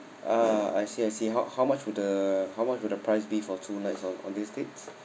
ah I see I see how how much would the how much would the price be for two night on on these dates